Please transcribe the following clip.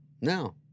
No